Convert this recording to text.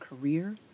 career